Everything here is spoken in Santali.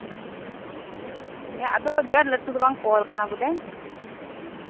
ᱟᱫᱚ ᱟᱹᱰᱤ ᱟᱸᱴ ᱞᱟᱹᱴᱩ ᱫᱚ ᱵᱟᱝ ᱠᱚᱞ ᱠᱟᱱᱟ ᱵᱚᱞᱮ